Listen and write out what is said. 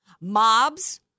mobs